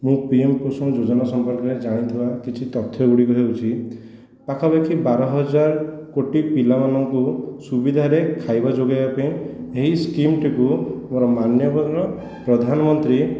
ମୁଁ ପିଏମ ପୋଷଣ ଯୋଜନା ସମ୍ପର୍କରେ ଜାଣିଥିବା କିଛି ତଥ୍ୟଗୁଡ଼ିକ ହେଉଛି ପାଖାପାଖି ବାର ହଜାର କୋଟି ପିଲାମାନଙ୍କୁ ସୁବିଧାରେ ଖାଇବା ଯୋଗେଇବା ପାଇଁ ଏହି ସ୍କିମ୍ଟିକୁ ଆମର ମାନ୍ୟବର ପ୍ରଧାନମନ୍ତ୍ରୀ